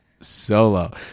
Solo